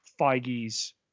Feige's